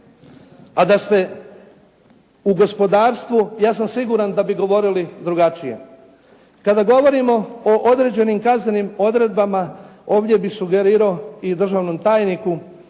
A da ste u gospodarstvu ja sam siguran da bi govorili drugačije. Kada govorimo o određenim kaznenim odredbama, ovdje bi sugerirao i državnom tajniku,